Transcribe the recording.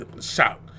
Shout